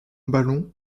ballon